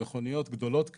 הן מכוניות גדולות כאלה,